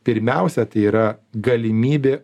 pirmiausia tai yra galimybė